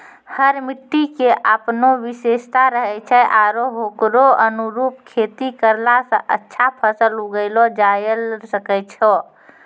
हर मिट्टी के आपनो विशेषता रहै छै आरो होकरो अनुरूप खेती करला स अच्छा फसल उगैलो जायलॅ सकै छो